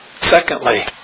Secondly